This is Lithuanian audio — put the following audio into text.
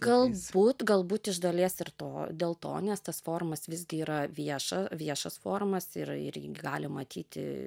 galbūt galbūt iš dalies ir to dėl to nes tas forumas visgi yra vieša viešas forumas ir ir jį gali matyti